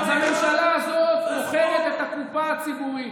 אז הממשלה הזאת מוכרת את הקופה הציבורית,